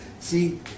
See